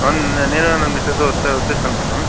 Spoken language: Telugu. నేను నా మిసస్స్ వస్తే వచేస్తాము మేడం